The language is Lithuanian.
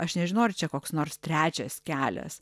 aš nežinau ar čia koks nors trečias kelias